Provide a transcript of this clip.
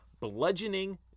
bludgeoning